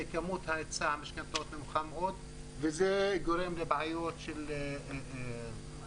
כמות היצע המשכנתאות נמוכה מאוד וזה גורם לבעיות של פשיעה,